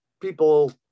people